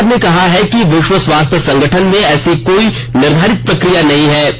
सरकार ने कहा है कि विश्व स्वास्थ्य संगठन में ऐसी कोई निर्घारित प्रक्रिया नहीं है